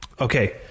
Okay